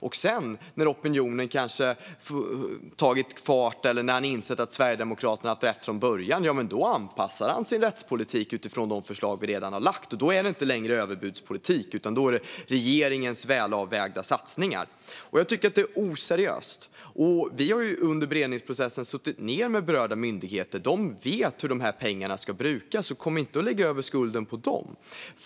Men sedan, när opinionen kanske har tagit fart eller när han insett att Sverigedemokraterna hade rätt från början, anpassar han sin rättspolitik utifrån de förslag som vi redan har lagt fram. Då är det inte längre överbudspolitik, utan då är det regeringens välavvägda satsningar. Jag tycker att det är oseriöst. Vi har under beredningsprocessen suttit ned med berörda myndigheter. De vet hur dessa pengar ska brukas. Lägg därför inte över skulden på dem!